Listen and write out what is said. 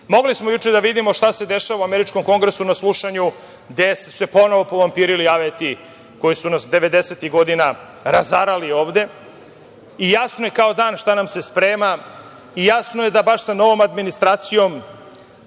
Mogli smo juče da vidimo šta se dešava u američkom Kongresu na slušanju, gde su se ponovo povampirili aveti koje su nas devedesetih godina razarali ovde. Jasno je kao dan šta nam se sprema. Jasno je da baš sa novom administracijom